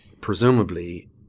presumably